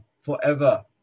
forever